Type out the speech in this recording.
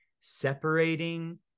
separating